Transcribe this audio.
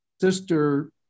sister